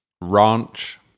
Ranch